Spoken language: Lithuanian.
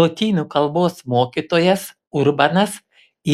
lotynų kalbos mokytojas urbanas